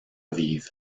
aviv